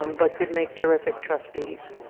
um but could make terrific trustees.